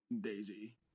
Daisy